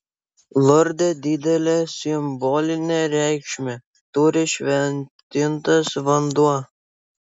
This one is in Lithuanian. lurde didelę simbolinę reikšmę turi šventintas vanduo